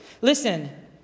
Listen